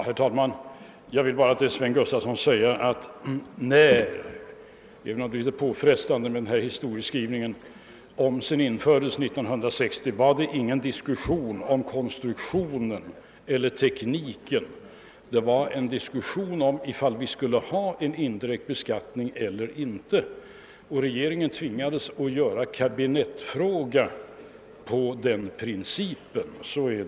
Herr talman! Det är litet påfrestande med den här historieskrivningen. Jag vill säga till herr Gustafson i Göteborg att när omsen infördes 1960 förekom det ingen diskussion om konstruktionen eller sådant. Vad som diskuterades var huruvida vi skulle ha en indirekt beskattning eller inte, och regeringen tvingades att göra den principen till en kabinettsfråga.